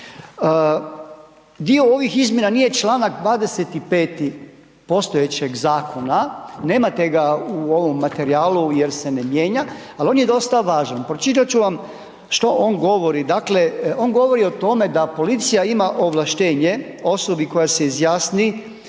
Dio ovih izmjena nije čl. 25. postojećeg zakona, nemate ga u ovom materijalu jer se ne mijenja, al on je dosta važan, pročitat ću vam što on govori, dakle on govori o tome da policija ima ovlaštenje osobi koja se izjasni